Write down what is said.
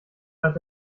hat